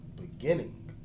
beginning